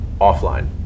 offline